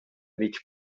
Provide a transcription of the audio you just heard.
mig